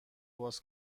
باز